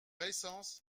essence